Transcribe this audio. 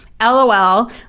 Lol